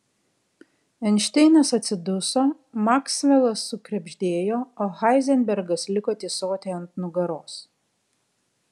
einšteinas atsiduso maksvelas sukrebždėjo o heizenbergas liko tysoti ant nugaros